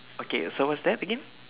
okay so what's that again